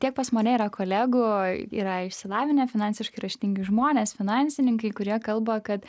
tiek pas mane yra kolegų yra išsilavinę finansiškai raštingi žmonės finansininkai kurie kalba kad